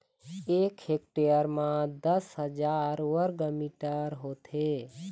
एक हेक्टेयर म दस हजार वर्ग मीटर होथे